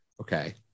Okay